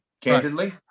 candidly